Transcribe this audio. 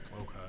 Okay